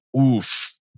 oof